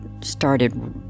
started